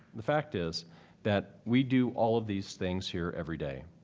the fact is that we do all of these things here every day.